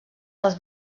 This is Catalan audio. als